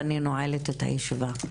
אני נועלת את הישיבה.